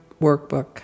workbook